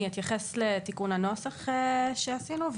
אני אתייחס לתיקון הנוסח שעשינו,